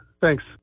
Thanks